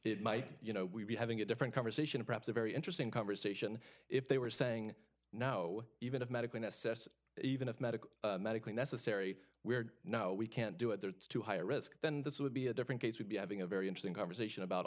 it might you know we'd be having a different conversation perhaps a very interesting conversation if they were saying no even of medical necessity even if medical medically necessary we know we can't do it there it's too high risk then this would be a different case would be having a very interesting conversation about